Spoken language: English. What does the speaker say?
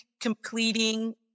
completing